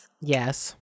Yes